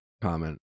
comment